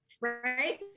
Right